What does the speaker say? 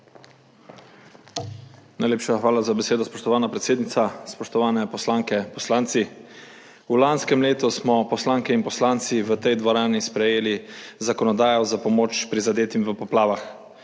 Najlepša hvala za besedo, spoštovana predsednica. Spoštovane poslanke, poslanci. V lanskem letu smo poslanke in poslanci v tej dvorani sprejeli zakonodajo za pomoč prizadetim v poplavah.